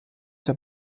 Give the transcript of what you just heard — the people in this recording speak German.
der